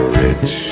rich